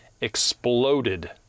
exploded